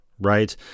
right